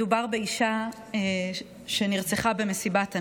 מדובר באישה שנרצחה במסיבת הנובה,